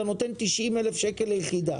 אתה נותן 90,000 שקל ליחידה.